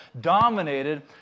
dominated